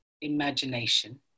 imagination